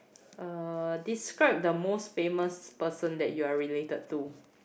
uh describe the most famous person that you're related to